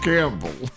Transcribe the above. Campbell